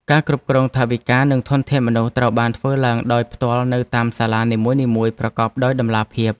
ការគ្រប់គ្រងថវិកានិងធនធានមនុស្សត្រូវបានធ្វើឡើងដោយផ្ទាល់នៅតាមសាលានីមួយៗប្រកបដោយតម្លាភាព។